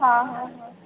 हां हां हां